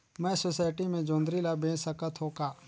मैं सोसायटी मे जोंदरी ला बेच सकत हो का?